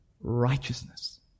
righteousness